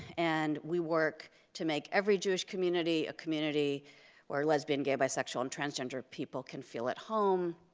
and we work to make every jewish community a community where lesbian, gay, bisexual, and transgender people can feel at home,